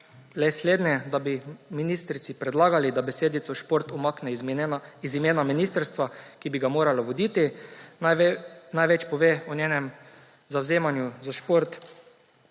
le slednje: da bi ministrici predlagali, da besedico šport umakne iz imena ministrstva, ki bi ga moralo voditi. Največ pove o njenem zavzemanju za šport